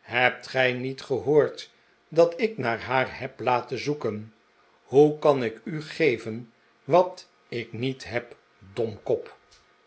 hebt gij niet gehoord dat ik naar haar heb laten zoeken hoe kan ik u geven wat ik niet heb domkop